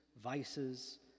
vices